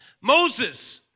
Moses